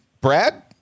brad